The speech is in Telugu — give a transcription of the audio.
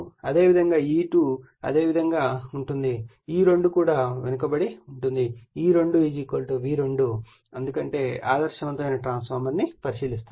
అదేవిధంగా E2 కూడా అదేవిధంగా అవుతుంది E2 కూడా వెనుకబడి ఉంటుంది మరియు E2 V2 ఎందుకంటే ఆదర్శవంతమైన ట్రాన్స్ఫార్మర్ను పరిశీలిస్తున్నాము